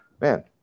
man